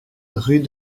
rue